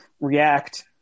react